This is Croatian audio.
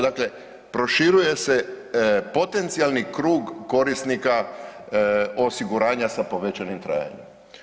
Dakle, proširuje se potencijalni krug korisnika osiguranja sa povećanim trajanjem.